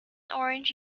orange